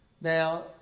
Now